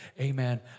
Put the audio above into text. amen